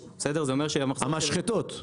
המשחטות?